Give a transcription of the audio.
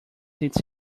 its